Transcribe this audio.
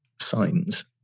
signs